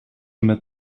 met